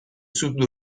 sud